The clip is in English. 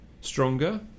Stronger